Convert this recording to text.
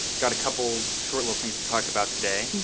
got a couple short, little things to talk about today.